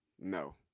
No